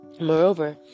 Moreover